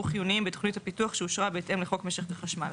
חיוניים בתוכנית הפיתוח שאושרה בהתאם לחוק משק החשמל